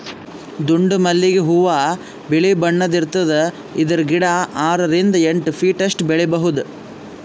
ದುಂಡ್ ಮಲ್ಲಿಗ್ ಹೂವಾ ಬಿಳಿ ಬಣ್ಣದ್ ಇರ್ತದ್ ಇದ್ರ್ ಗಿಡ ಆರರಿಂದ್ ಎಂಟ್ ಫೀಟ್ ಅಷ್ಟ್ ಬೆಳಿಬಹುದ್